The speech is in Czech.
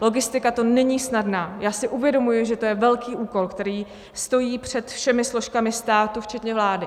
Logistika to není snadná, já si uvědomuji, že to je velký úkol, který stojí před všemi složkami státu, včetně vlády.